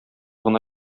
гына